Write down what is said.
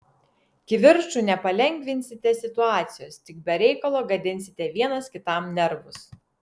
kivirču nepalengvinsite situacijos tik be reikalo gadinsite vienas kitam nervus